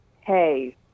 hey